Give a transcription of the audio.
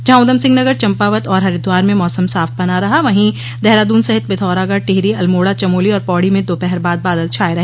जहां उधमसिंह नगर चम्पवात और हरिद्वार में मौसम साफ बना रहा वहीं देहरादून सहित पिथौरागढ़ टिहरी अल्मोड़ा चमोली और पौड़ी में दोपहर बाद बादल छाए रहे